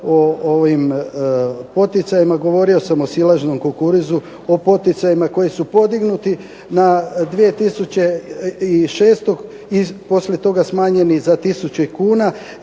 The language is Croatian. o ovim poticajima govorio sam o silažnjom kukuruzu, o poticajima koji su podignuti na 2600 i poslije toga smanjeni za 1000 kuna